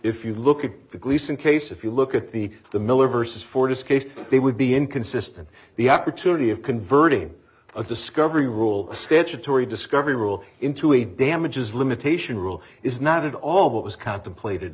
if you look at the gleason case if you look at the the military says ford's case they would be inconsistent the opportunity of converting a discovery rule statutory discovery rule into a damages limitation rule is not at all what was contemplated